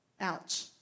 Ouch